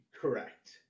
Correct